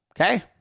Okay